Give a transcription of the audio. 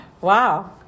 Wow